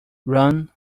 ron